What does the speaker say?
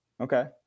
Okay